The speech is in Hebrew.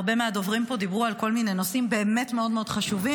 הרבה מהדוברים פה דיברו על כל מיני נושאים באמת מאוד מאוד חשובים,